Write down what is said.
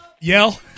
yell